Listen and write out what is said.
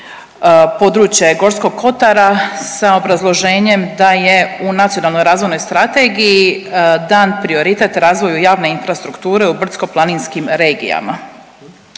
područje Gorskog kotara sa obrazloženjem da je u Nacionalnoj razvojnoj strategiji dan prioritet razvoju javne infrastrukture u brdsko-planinskim regijama.